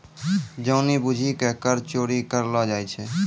जानि बुझि के कर चोरी करलो जाय छै